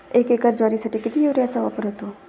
एक एकर ज्वारीसाठी किती युरियाचा वापर होतो?